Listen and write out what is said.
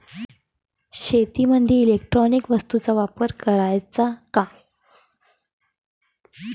शेतीमंदी इलेक्ट्रॉनिक वस्तूचा वापर कराचा का?